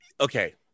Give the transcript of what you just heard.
okay